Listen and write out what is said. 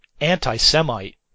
anti-Semite